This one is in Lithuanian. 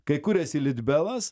kai kuriasi litbelas